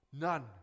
None